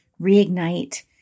reignite